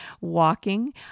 walking